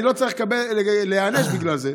אני לא צריך להיענש בגלל זה.